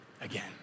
again